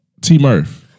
T-Murph